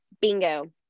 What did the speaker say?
Bingo